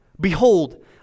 behold